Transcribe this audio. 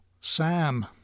Sam